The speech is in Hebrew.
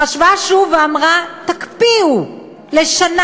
חשבה שוב ואמרה: תקפיאו לשנה,